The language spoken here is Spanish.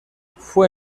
fue